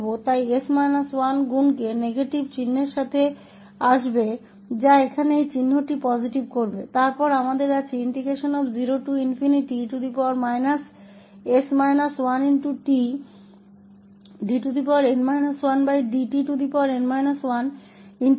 अब हम इसे वहाँ विभेदित करेंगे इसलिए 𝑠 − 1कारक ऋणात्मक चिह्न के साथ आएगा जो इस चिन्ह को यहाँ धनात्मक बना देगा